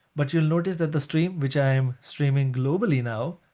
but you'll notice that the stream, which i am streaming globally now,